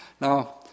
Now